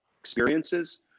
experiences